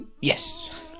Yes